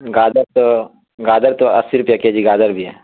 گاجر تو گاجر تو اسی روپیہ کے جی گاجر بھی ہے